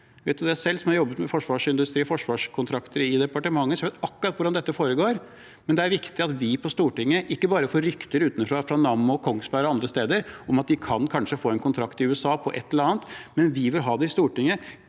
som har jobbet med forsvarsindustri og forsvarskontrakter i departementet. Jeg vet akkurat hvordan dette foregår. Det er viktig at vi på Stortinget ikke bare får rykter utenfra, fra Nammo og Kongsberg og andre steder, om at de kanskje kan få en kontrakt i USA på et eller annet. Vi vil ha det i Stortinget,